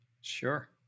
Sure